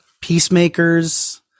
peacemakers